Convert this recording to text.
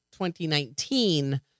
2019